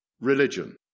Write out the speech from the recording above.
religion